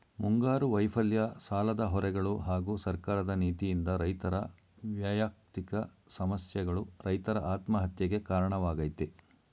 ಮುಂಗಾರು ವೈಫಲ್ಯ ಸಾಲದ ಹೊರೆಗಳು ಹಾಗೂ ಸರ್ಕಾರದ ನೀತಿಯಿಂದ ರೈತರ ವ್ಯಯಕ್ತಿಕ ಸಮಸ್ಯೆಗಳು ರೈತರ ಆತ್ಮಹತ್ಯೆಗೆ ಕಾರಣವಾಗಯ್ತೆ